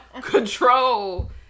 control